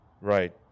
Right